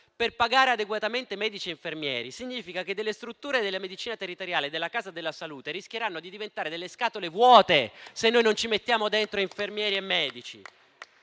per pagare adeguatamente medici e infermieri significa che le strutture della medicina territoriale e le case della salute rischieranno di diventare scatole vuote, se non ci mettiamo dentro infermieri e medici.